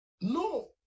No